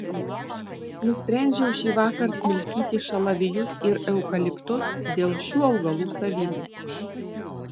nusprendžiau šįvakar smilkyti šalavijus ir eukaliptus dėl šių augalų savybių